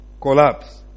collapse